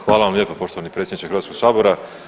Hvala vam lijepa poštovani predsjedniče Hrvatskog sabora.